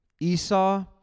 Esau